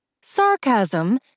Sarcasm